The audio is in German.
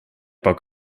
bock